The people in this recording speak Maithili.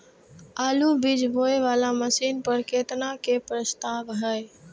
आलु बीज बोये वाला मशीन पर केतना के प्रस्ताव हय?